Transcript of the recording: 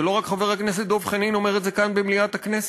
זה לא רק חבר הכנסת דב חנין אומר את זה כאן במליאת הכנסת.